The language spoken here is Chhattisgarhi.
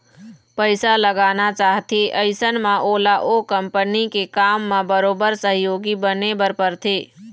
पइसा लगाना चाहथे अइसन म ओला ओ कंपनी के काम म बरोबर सहयोगी बने बर परथे